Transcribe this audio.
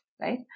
right